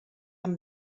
amb